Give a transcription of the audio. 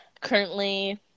currently